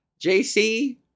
JC